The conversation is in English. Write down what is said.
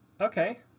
Okay